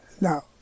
Now